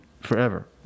forever